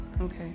Okay